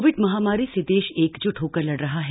Covid महामारी से देश एकजुट होकर लड़ रहा है